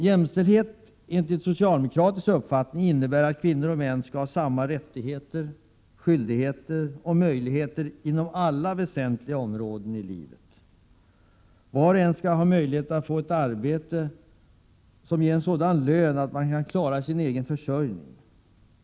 Jämställdhet — enligt socialdemokratisk uppfattning — innebär att kvinnor och män skall ha samma rättigheter, skyldigheter och möjligheter inom alla väsentliga områden i livet. Var och en skall ha möjlighet att få ett arbete som ger sådan lön att man kan klara sin egen försörjning.